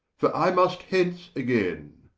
for i must hence againe.